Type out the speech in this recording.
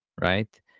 right